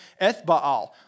Ethbaal